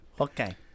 Okay